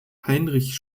heinrich